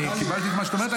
אני קיבלתי את מה שאת אומרת,